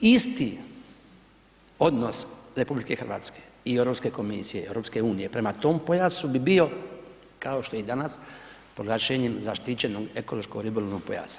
Isti odnos RH i Europske komisije, EU-a prema tom pojasu bi bio kao što je i danas, proglašenjem zaštićenog ekološkog ribolovnog pojasa.